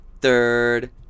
Third